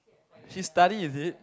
she study is it